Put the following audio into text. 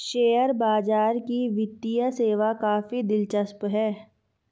share बाजार की वित्तीय सेवा काफी दिलचस्प है